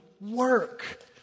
work